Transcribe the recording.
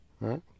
Right